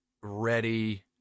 ready